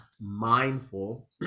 mindful